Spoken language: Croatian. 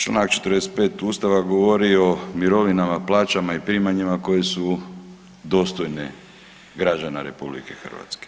Čl. 45. ustava govori o mirovinama, plaćama i primanjima koje su dostojne građana RH.